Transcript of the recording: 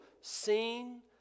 seen